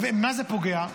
במה זה פוגע?